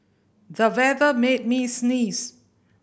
the weather made me sneeze